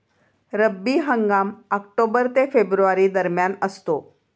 रब्बी हंगाम ऑक्टोबर ते फेब्रुवारी दरम्यान असतो